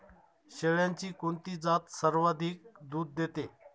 शेळ्यांची कोणती जात सर्वाधिक दूध देते?